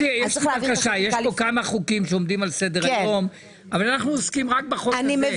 יש כאן כמה חוקים שעומדים על סדר היום אבל אנחנו עוסקים רק בחוק הזה.